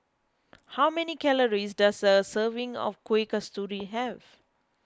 how many calories does a serving of Kueh Kasturi have